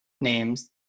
names